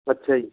ਅੱਛਾ ਜੀ